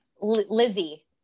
Lizzie